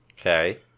Okay